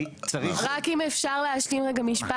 רק אם אפשר להשלים רגע משפט,